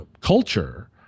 culture